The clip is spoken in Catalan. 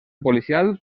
policial